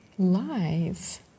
lies